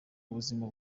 ubuzima